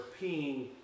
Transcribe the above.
peeing